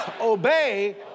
obey